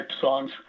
songs